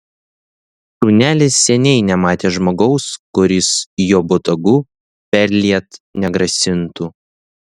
šunelis seniai nematė žmogaus kuris jo botagu perliet negrasintų